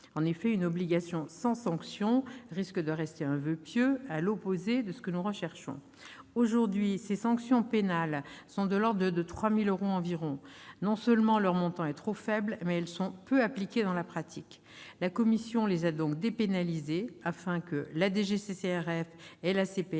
En effet, une obligation sans sanction risque de rester un voeu pieux, à l'opposé de ce que nous recherchons. Aujourd'hui, les sanctions pénales s'élèvent à 3 000 euros environ. Non seulement leur montant est trop faible, mais elles sont peu appliquées dans la pratique. La commission les a dépénalisées, afin que la DGCCRF et l'Autorité